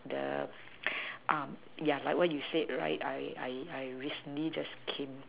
the um yeah like what you said right I I I I recently just came the